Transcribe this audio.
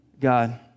God